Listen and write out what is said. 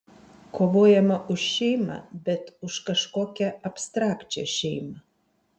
kovojama už šeimą bet už kažkokią abstrakčią šeimą